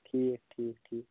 ٹھیٖک ٹھیٖک ٹھیٖک